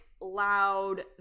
loud